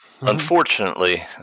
Unfortunately